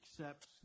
accepts